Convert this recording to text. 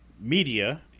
media